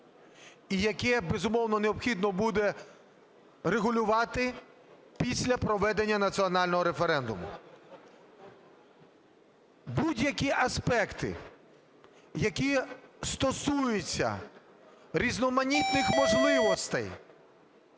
і яке, безумовно, необхідно буде регулювати після проведення національного референдуму. Будь-які аспекти, які стосуються різноманітних можливостей,